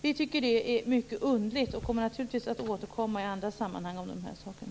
Vi tycker att det är mycket underligt och kommer naturligtvis att återkomma i andra sammanhang till de här sakerna.